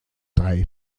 drei